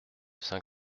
saint